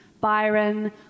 Byron